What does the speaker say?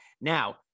Now